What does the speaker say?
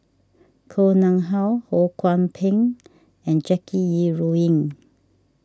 Koh Nguang How Ho Kwon Ping and Jackie Yi Ru Ying